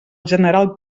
general